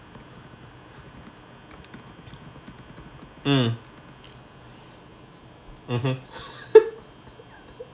mm mmhmm